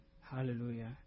Hallelujah